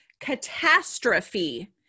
catastrophe